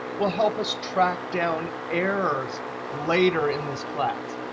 will help us track down errors later in this class.